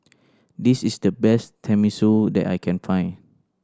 this is the best Tenmusu that I can find